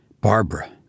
Barbara